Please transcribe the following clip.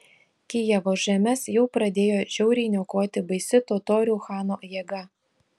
kijevo žemes jau pradėjo žiauriai niokoti baisi totorių chano jėga